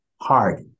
hard